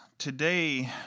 today